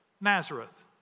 Nazareth